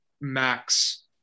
max